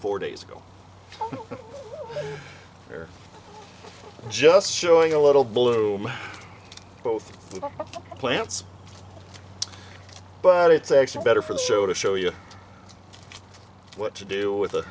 four days ago and they're just showing a little bloom both plants but it's actually better for the show to show you what to do with a